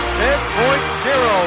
10.0